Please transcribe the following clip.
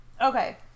Okay